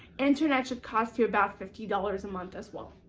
internet should cost you about fifty dollars a month as well.